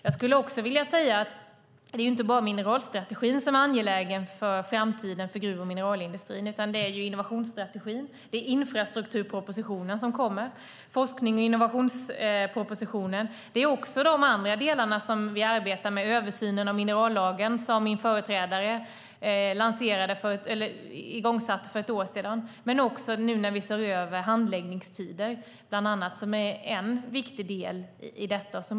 Det är inte bara mineralstrategin som är angelägen för framtiden i gruv och mineralindustrin, utan det är också innovationsstrategin, infrastrukturpropositionen, forsknings och innovationspropositionen, och det är också de andra delarna som vi arbetar med, till exempel översynen av minerallagen som min företrädare satte i gång för ett år sedan. Vi ser nu också över handläggningstider. De är en viktig del i detta.